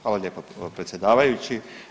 Hvala lijepa predsjedavajući.